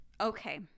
Okay